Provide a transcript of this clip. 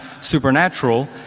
supernatural